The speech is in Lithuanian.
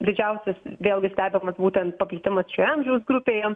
didžiausias vėlgi stebimas būtent paplitimas šioje amžiaus grupėje